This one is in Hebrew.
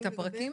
את הפרקים?